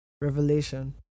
Revelation